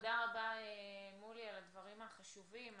תודה רבה, מולי, על הדברים החשובים.